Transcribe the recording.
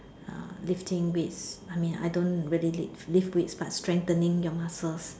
uh lifting weights I mean I don't really lift lift weights but strengthening your muscles